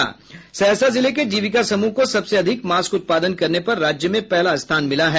सहरसा जिले के जीविका समूह को सबसे अधिक मास्क उत्पादन करने पर राज्य में पहला स्थान मिला है